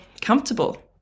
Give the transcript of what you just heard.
comfortable